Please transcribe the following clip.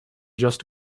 just